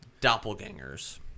doppelgangers